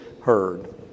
heard